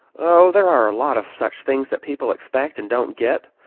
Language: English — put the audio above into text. oh, there are a lot of such things that people expect and don't get.